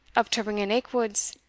up to ringan aikwood's.